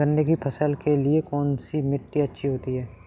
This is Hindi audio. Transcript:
गन्ने की फसल के लिए कौनसी मिट्टी अच्छी होती है?